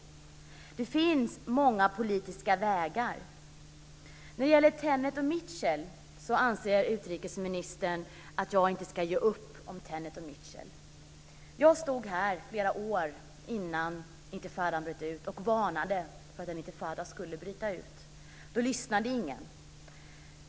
Det finns många politiska vägar. Utrikesministern anser att jag inte ska ge upp när det gäller Tenet och Mitchell. Jag stod här flera år innan intifadan bröt ut och varnade för att en intifada skulle bryta ut. Då lyssnade ingen.